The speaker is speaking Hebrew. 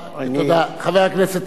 חבר הכנסת טלב אלסאנע,